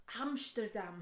Amsterdam